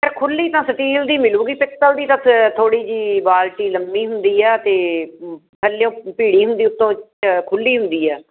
ਅਤੇ ਖੁੱਲ੍ਹੀ ਤਾਂ ਸਟੀਲ ਦੀ ਮਿਲੂਗੀ ਪਿੱਤਲ ਦੀ ਤਾਂ ਥੋੜ੍ਹੀ ਜਿਹੀ ਬਾਲਟੀ ਲੰਮੀ ਹੁੰਦੀ ਆ ਅਤੇ ਥੱਲਿਉਂ ਭੀੜੀ ਹੁੰਦੀ ਉਤੋਂ ਖੁੱਲ੍ਹੀ ਹੁੰਦੀ ਆ